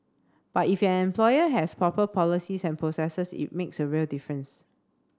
but if an employer has proper policies and processes it makes a real difference